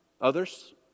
others